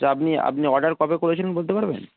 আচ্ছা আপনি আপনি অর্ডার কবে করেছেন বলতে পারবেন